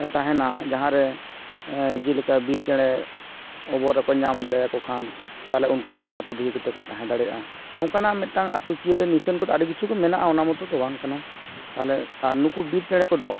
ᱛᱟᱦᱮᱱᱟ ᱡᱟᱦᱟᱸᱨᱮ ᱡᱤᱞᱮᱠᱟ ᱵᱤᱨ ᱪᱮᱬᱮ ᱚᱵᱚᱨ ᱨᱮᱠᱚ ᱧᱟᱢ ᱫᱟᱲᱮᱟᱠᱚ ᱠᱷᱟᱱ ᱛᱟᱦᱞᱮ ᱩᱱᱠᱩᱫᱚ ᱚᱱᱟ ᱟᱛᱳ ᱰᱤᱦᱤ ᱠᱚᱛᱮᱠᱚ ᱛᱟᱦᱮᱸ ᱫᱟᱲᱮᱭᱟᱜᱼᱟ ᱚᱱᱠᱟᱱᱟᱜ ᱢᱤᱫᱴᱟᱝ ᱟᱛᱩ ᱪᱤᱭᱟᱹ ᱨᱮᱱᱟᱜ ᱱᱤᱥᱟᱹᱱ ᱠᱚᱫᱚ ᱟᱹᱰᱤ ᱠᱤᱪᱷᱩᱜᱮ ᱢᱮᱱᱟᱜᱼᱟ ᱚᱱᱟ ᱢᱚᱛᱚᱫᱚ ᱟᱨ ᱵᱟᱝ ᱠᱟᱱᱟ ᱛᱟᱦᱚᱞᱮ ᱟᱨ ᱱᱩᱠᱩ ᱵᱤᱨ ᱪᱮᱬᱮᱠᱚ ᱫᱚ